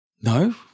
No